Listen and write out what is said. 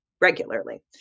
regularly